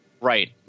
Right